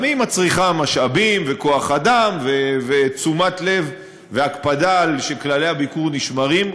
גם היא מצריכה משאבים וכוח אדם ותשומת לב והקפדה שכללי הביקור נשמרים,